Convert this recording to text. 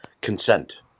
consent